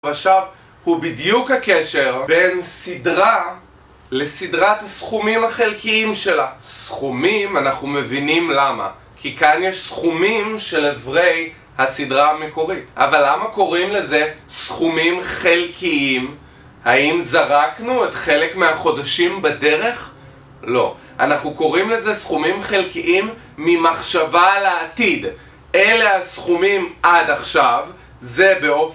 עכשיו, הוא בדיוק הקשר בין סדרה לסדרת הסכומים החלקיים שלה סכומים אנחנו מבינים למה כי כאן יש סכומים של אברי הסדרה המקורית אבל למה קוראים לזה סכומים חלקיים? האם זרקנו את חלק מהחודשים בדרך? לא, אנחנו קוראים לזה סכומים חלקיים ממחשבה לעתיד אלה הסכומים עד עכשיו זה באופן